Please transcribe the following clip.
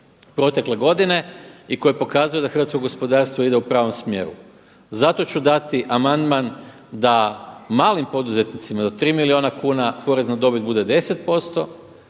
protekle godine i koji pokazuje da hrvatsko gospodarstvo ide u pravom smjeru. Zato ću dati amandman da malim poduzetnicima do tri milijuna kuna porez na dobit bude 10%,